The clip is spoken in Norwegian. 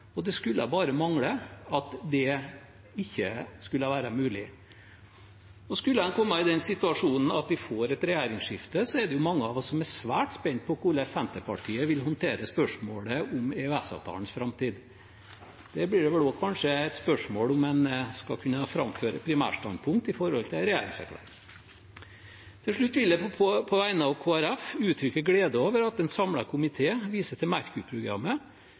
Det skulle bare mangle at det ikke skulle være mulig. Skulle man komme i den situasjonen at vi får et regjeringsskifte, er det mange av oss som er svært spente på hvordan Senterpartiet vil håndtere spørsmålet om EØS-avtalens framtid. Det blir vel også et spørsmål om man skal kunne framføre primærstandpunkt i forhold til en regjeringserklæring. Til slutt vil jeg på vegne av Kristelig Folkeparti uttrykke glede over at en samlet komité viser til